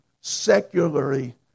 secularly